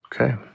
okay